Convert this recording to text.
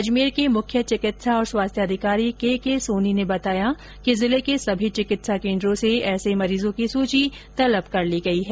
अजमेर के मुख्य चिकित्सा और स्वास्थ्य अधिकारी के के सोनी ने बताया कि जिले के सभी चिकित्सा केंद्रों से ऐसे मरीजों की सूची तलब कर ली गई है